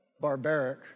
barbaric